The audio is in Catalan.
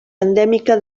endèmica